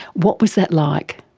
what was that like?